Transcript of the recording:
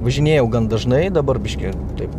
važinėjau gan dažnai dabar biškį taip